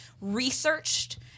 researched